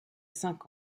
cinq